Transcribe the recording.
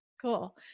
Cool